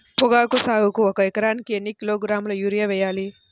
పొగాకు సాగుకు ఒక ఎకరానికి ఎన్ని కిలోగ్రాముల యూరియా వేయాలి?